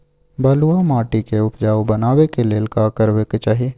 बालुहा माटी के उपजाउ बनाबै के लेल की करबा के चाही?